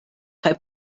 kaj